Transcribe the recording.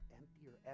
emptier